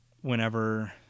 Whenever